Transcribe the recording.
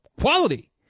quality